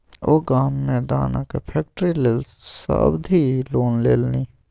ओ गाममे मे दानाक फैक्ट्री लेल सावधि लोन लेलनि